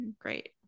Great